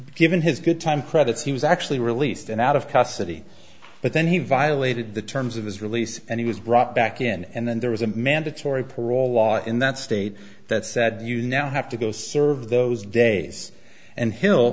given his good time credits he was actually released and out of custody but then he violated the terms of his release and he was brought back in and then there was a mandatory parole law in that state that said you now have to go serve those days and hill